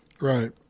Right